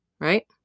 Right